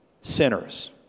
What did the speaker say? sinners